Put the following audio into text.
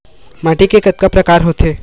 माटी के कतका प्रकार होथे?